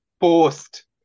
forced